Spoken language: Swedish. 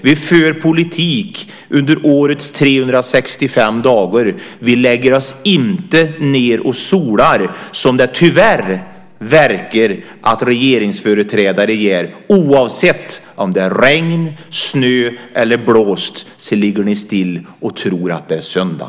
Vi för politik under årets 365 dagar. Vi lägger oss inte ned och solar, som det tyvärr verkar att regeringsföreträdare gör. Oavsett om det är regn, snö eller blåst ligger ni still och tror att det är söndag.